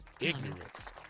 ignorance